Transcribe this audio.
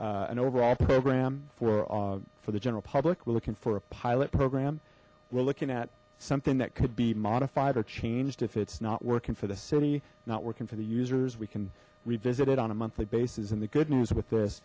for an overall program for for the general public we're looking for a pilot program we're looking at something that could be modified or changed if it's not working for the city not working for the users we can revisit it on a monthly basis and the good news with this